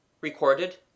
Recorded